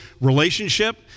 relationship